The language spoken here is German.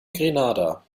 grenada